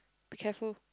be careful